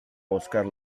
óscar